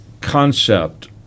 concept